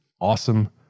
awesome